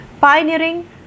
pioneering